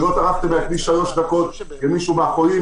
לא טרחתם להקדיש שלוש דקות למישהו מהחולים,